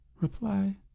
reply